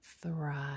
thrive